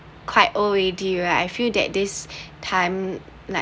quite old already right I feel that this time like